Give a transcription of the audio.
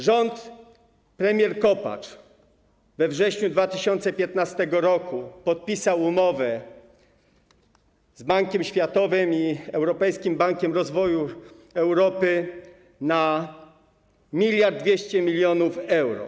Rząd premier Kopacz we wrześniu 2015 r. podpisał umowę z Bankiem Światowym i Europejskim Bankiem Rozwoju na 1200 mln euro.